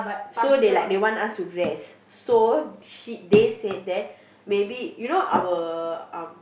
so they like they want us to rest so she they said that maybe you know our um